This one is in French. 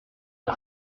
ils